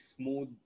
smooth